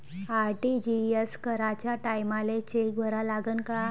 RTGS कराच्या टायमाले cheque भरा लागन का?